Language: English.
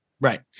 Right